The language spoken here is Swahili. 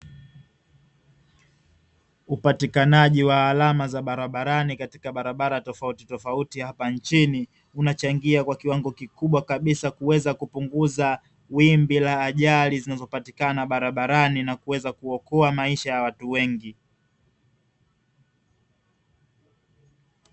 Upatikanaji wa alama za barabarani katika barabara tofautitofauti hapa nchini, unachangia kwa kiwango kikubwa kabisa kuweza kupunguza wimbi la ajali zinazopatikana barabarani, na kuweza kuokoa maisha ya watu wengi.